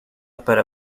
para